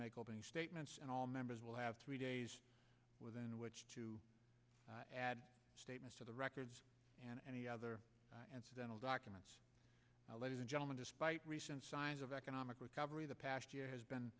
make opening statements and all members will have three days within which to add statements to the records and any other documents ladies and gentlemen despite recent signs of economic recovery the past year has been